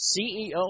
CEO